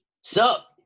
Sup